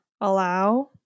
allow